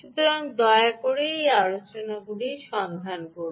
সুতরাং দয়া করে সেই আলোচনাগুলিও সন্ধান করুন